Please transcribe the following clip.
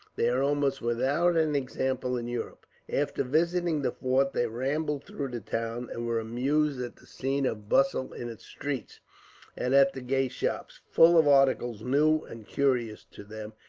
they are almost without an example in europe. after visiting the fort they rambled through the town, and were amused at the scene of bustle in its streets and at the gay shops, full of articles new and curious to them,